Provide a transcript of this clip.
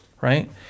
right